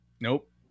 nope